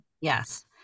Yes